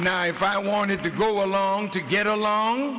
now if i wanted to go along to get along